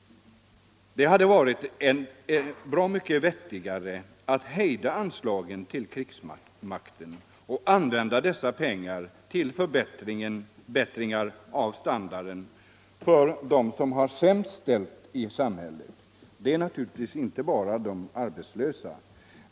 Det hade varit bra mycket vettigare att minska anslagen till krigsmakten och använda dessa pengar till förbättringar av standarden för dem som har det sämst ställt i samhället. Och det är naturligtvis inte bara de arbetslösa.